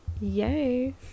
yay